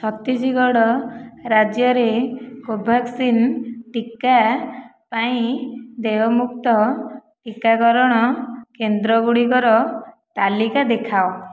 ଛତିଶଗଡ଼ ରାଜ୍ୟରେ କୋଭ୍ୟାକ୍ସିନ୍ ଟିକା ପାଇଁ ଦେୟମୁକ୍ତ ଟିକାକରଣ କେନ୍ଦ୍ର ଗୁଡ଼ିକର ତାଲିକା ଦେଖାଅ